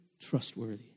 trustworthy